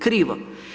Krivo.